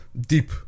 deep